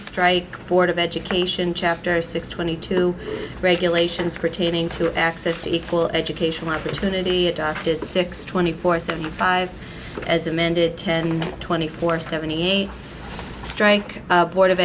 strike board of education chapter six twenty two regulations pertaining to access to equal educational opportunity six twenty four seventy five as amended ten twenty four seventy eight strike board of